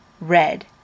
red